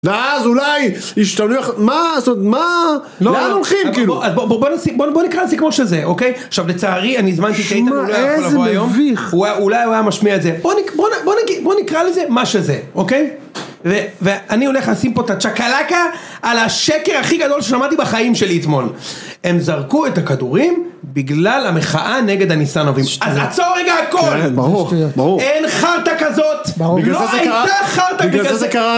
ואז אולי ישתנו יחד, מה לעשות? מה? לאן הולכים כאילו? בוא נקרא לזה כמו שזה, אוקיי? עכשיו לצערי אני הזמנתי שייתם אולי יכולים לבוא היום אולי הוא היה משמיע את זה בוא נקרא לזה מה שזה, אוקיי? ואני הולך לשים פה את הצ'קלקה על השקר הכי גדול ששמעתי בחיים של יתמון הם זרקו את הכדורים בגלל המחאה נגד הניסנובים אז עצור רגע הכל! אין חרטק כזאת! לא הייתה חרטק!